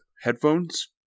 Headphones